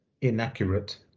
inaccurate